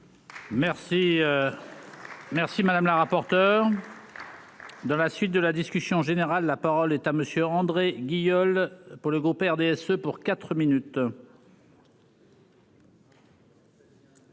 merci, madame la rapporteure de la. Suite de la discussion générale, la parole est à monsieur rendrez guignol pour le groupe RDSE pour 4 minutes.